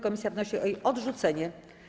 Komisja wnosi o jej odrzucenie.